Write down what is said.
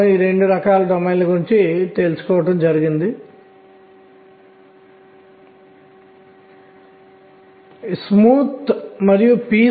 మనం వివిధ శక్తి స్థాయిలను విభిన్న శక్తులను కలిగి ఉండబోతున్నాము